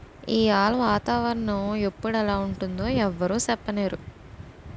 ఈయాల వాతావరణ ఎప్పుడు ఎలా ఉంటుందో ఎవరూ సెప్పనేరు